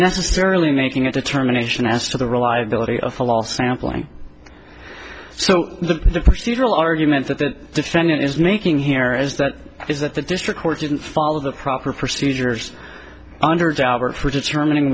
necessarily making a determination as to the reliability of the last am playing so the procedural argument that the defendant is making here is that is that the district court didn't follow the proper procedures under jobber for determining